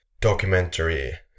documentary